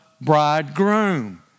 bridegroom